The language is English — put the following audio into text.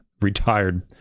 retired